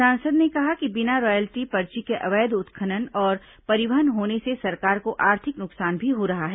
सांसद ने कहा कि बिना रायल्टी पर्ची के अवैध उत्खनन और परिवहन होने से सरकार को आर्थिक नुकसान भी हो रहा है